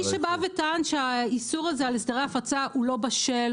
מי שבא וטען שהאיסור הזה על הסדרי ההפצה הוא לא בשל,